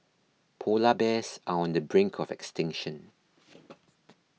Polar Bears are on the brink of extinction